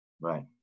Right